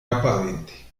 aparente